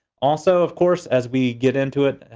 also, of course, as we get into it,